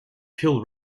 kill